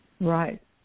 Right